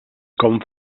com